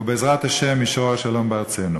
ובעזרת השם ישרור השלום בארצנו.